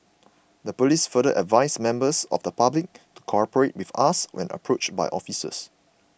the police further advised members of public to cooperate with us when approached by officers